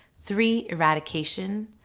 three eradication,